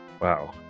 Wow